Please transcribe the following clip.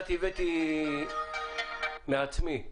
הבאתי את זה מעצמי.